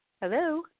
hello